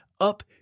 up